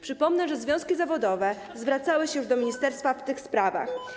Przypomnę, że związki zawodowe zwracały się już do ministerstwa w tych sprawach.